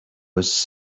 was